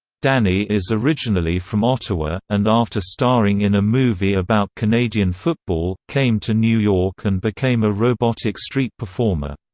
danny is originally from ottawa, and after starring in a movie about canadian football, came to new york and became a robotic street performer.